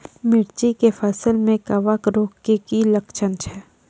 मिर्ची के फसल मे कवक रोग के की लक्छण छै?